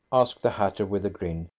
asked the hatter with a grin.